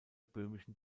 böhmischen